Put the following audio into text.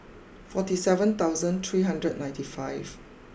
forty seven thousand three hundred ninety five